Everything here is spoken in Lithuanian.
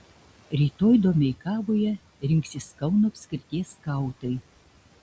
rytoj domeikavoje rinksis kauno apskrities skautai